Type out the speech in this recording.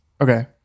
okay